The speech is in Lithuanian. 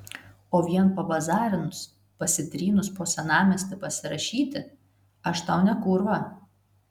o vien pabazarinus pasitrynus po senamiestį pasirašyti aš tau ne kūrva